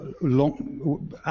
long